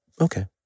Okay